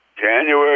January